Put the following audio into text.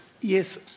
yes